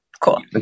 cool